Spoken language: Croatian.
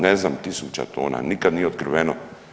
Ne znam tisuća tona, nikad nije otkriveno.